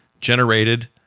generated